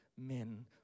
men